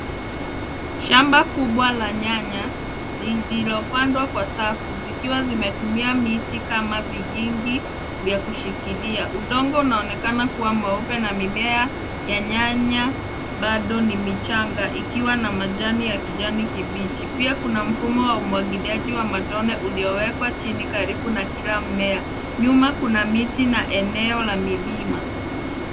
Shamba kubwa la nyanya lililo pandwa kwa safu zikiwa zimetumia miti kama vigingi vya kushikilia. Udongo unaonekana kua mweupe, na mimea ya nyanya bado ni michanga ikiwa na majani ya kijani kibichi. Pia kuna mfumo wa umwagiliaji wa matone uliowekwa chini karibu na kila mmea. Nyuma kuna miti na eneo la milima.